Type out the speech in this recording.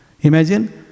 Imagine